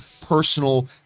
personal